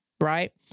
right